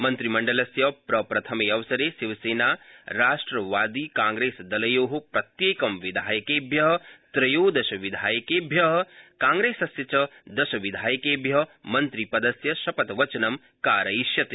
मन्त्रिमण्डलस्य प्रप्रथमेऽवसरे शिवसेनाराष्ट्रवादी कांप्रेसदलयो प्रत्यैकं विधायकेभ्य त्रयोदशविधायकेभ्य कांप्रेसस्य च दशविधायकेभ्य मन्त्रिपदस्य शपथवचन कार्ययिष्यते